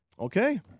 okay